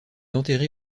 enterré